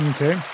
Okay